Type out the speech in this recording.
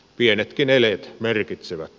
pienetkin eleet merkitsevät